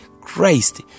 Christ